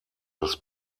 das